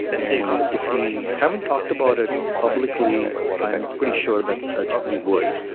and if we haven't talked about it publicly, i'm pretty sure that that we would.